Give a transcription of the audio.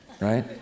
right